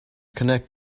connect